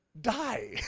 die